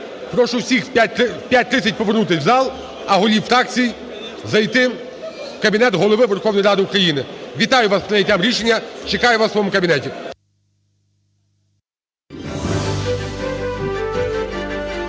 Прошу всіх в 5:30 повернутись в зал, а голів фракцій зайти в кабінет Голови Верховної Ради України. Вітаю вас з прийняттям рішення. Чекаю вас у своєму кабінеті.